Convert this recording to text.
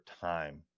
time